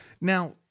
Now